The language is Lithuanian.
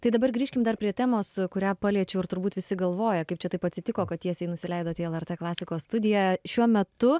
tai dabar grįžkim dar prie temos kurią paliečiau ir turbūt visi galvoja kaip čia taip atsitiko kad tiesiai nusileidot į lrt klasikos studiją šiuo metu